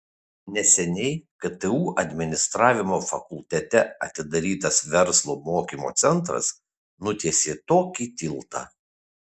neseniai ktu administravimo fakultete atidarytas verslo mokymo centras nutiesė tokį tiltą